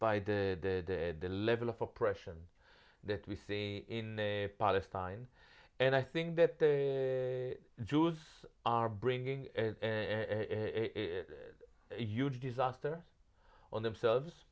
y the level of oppression that we see in palestine and i think that the jews are bringing a huge disaster on themselves